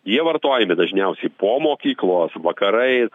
jie vartojami dažniausiai po mokyklos vakarais